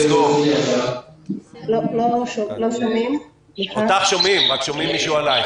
אנחנו עדיין ממתינים לשמוע ולראות את